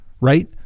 Right